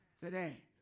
Today